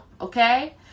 Okay